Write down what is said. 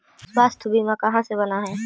स्वास्थ्य बीमा कहा से बना है?